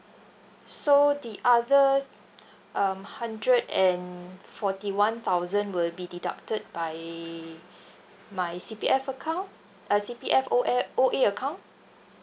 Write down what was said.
so the other um hundred and forty one thousand will be deducted by my C_P_F account uh C_P_F O_A O_A account